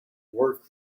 work